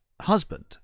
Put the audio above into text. husband